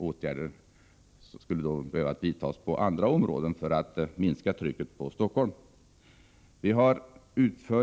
Åtgärder inom andra områden borde därför behöva vidtas för att minska trycket på Stockholm.